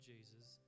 Jesus